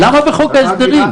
למה בחוק ההסדרים?